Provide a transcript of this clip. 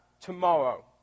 tomorrow